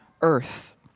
earth